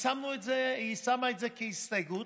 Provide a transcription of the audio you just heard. היא שמה את זה כהסתייגות,